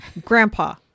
Grandpa